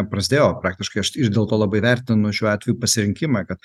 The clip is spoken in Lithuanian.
prasidėjo praktiškai aš ir dėl to labai vertinu šiuo atveju pasirinkimą kad